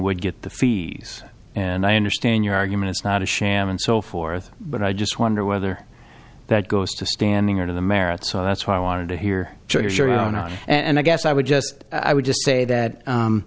would get the fees and i understand your argument is not a sham and so forth but i just wonder whether that goes to standing out of the merit so that's why i wanted to hear and i guess i would just i would just say that